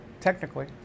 technically